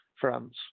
France